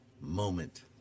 moment